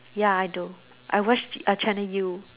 ya I do I watch uh channel U